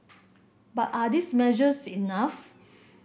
but are these measures enough